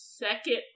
second